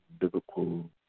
biblical